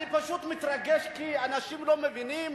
אני פשוט מתרגש, כי אנשים לא מבינים